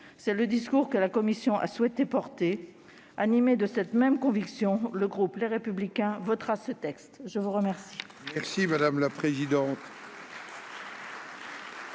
C'est le discours que la commission a souhaité porter. Animé de cette même conviction, le groupe Les Républicains votera ce texte. La parole